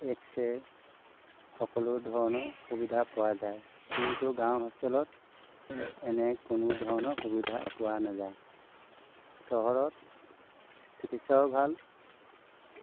x ray সকলো ধৰণৰ সুবিধা পোৱা যায় কিন্তু গাঁও হস্পিতালত এনে কোনো ধৰণৰ সুবিধা পোৱা নাযায় চহৰত চিকিৎসাও ভাল